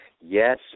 Yes